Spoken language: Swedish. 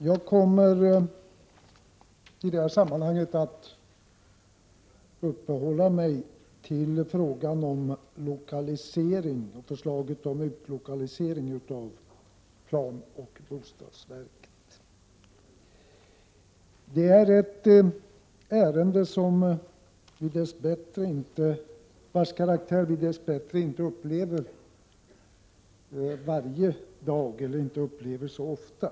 Fru talman! Jag kommer att uppehålla mig vid frågan om lokalisering och förslaget om utlokalisering av planoch bostadsverket. Det är ett ärende vars karaktär vi dess bättre inte upplever så ofta.